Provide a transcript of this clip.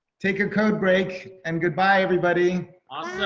take a code break and goodbye, everybody. awesome.